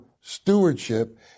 stewardship